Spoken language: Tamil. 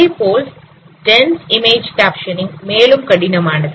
அதேபோல் டென்ஸ் இமேஜ் கேப்ஷன்ங் மேலும் கடினமானது